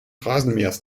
rasenmähers